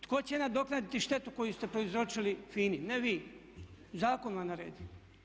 Tko će nadoknaditi štetu koju ste prouzročili FINA-i, ne vi, zakon vam je naredio?